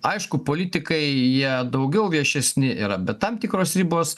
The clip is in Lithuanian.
aišku politikai jie daugiau viešesni yra bet tam tikros ribos